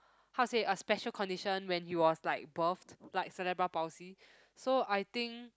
how to say a special condition when he was like birhted like cerebral-palsy so I think